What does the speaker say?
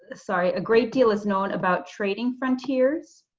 ah sorry, a great deal is known about trading frontiers.